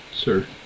Sir